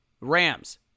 Rams